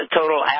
total